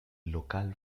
local